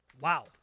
Wow